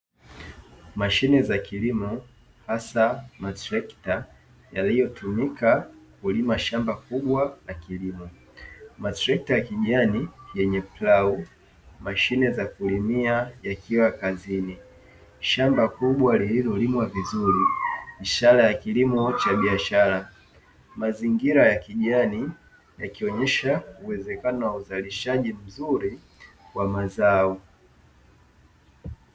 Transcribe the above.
Mashine za kilimo hasa matrekta yaliyotumika kulima shamba kubwa la kilimo. Matrekta ya kijani yenye plau mashine za kulimia yakiwa kazini. Shamba kubwa lililolimwa vizuri ishara ya kilimo cha biashara. Mazingira ya kijani yakionyesha uwezekano wa uzalishaji mzuri wa mazao.